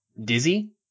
Dizzy